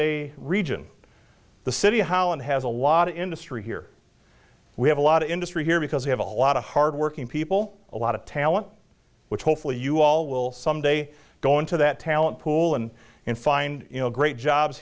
a region the city how it has a lot of industry here we have a lot of industry here because we have a lot of hardworking people a lot of talent which hopefully you all will someday go into that talent pool and and find you know a great jobs